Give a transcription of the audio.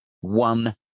one